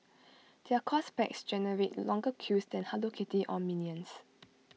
their course packs generate longer queues than hello kitty or minions